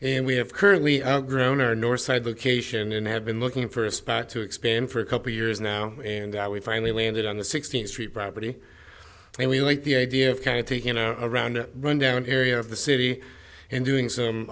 and we have currently outgrown our northside location and have been looking for a spot to expand for a couple of years now and that we finally landed on the sixteenth street property and we like the idea of kind of taking a round rundown area of the city and doing some